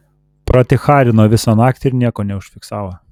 praticharino visą naktį ir nieko neužfiksavo